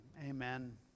amen